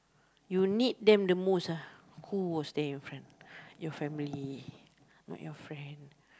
you need them the most ah who was there in front your family not your friend